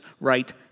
right